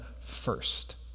first